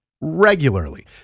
regularly